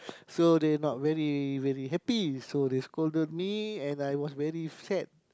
so they not really really happy so they scolded me and I was very sad